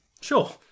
Sure